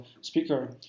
speaker